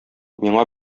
миңа